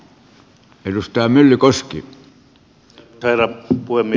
arvoisa herra puhemies